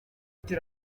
ati